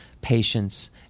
patience